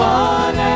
one